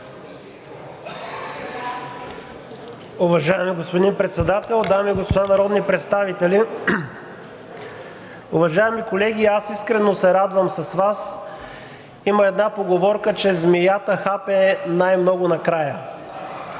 Уважаеми господин Председател, дами и господа народни представители! Уважаеми колеги, аз искрено се радвам с Вас. Има една поговорка, че змията хапе най-много накрая.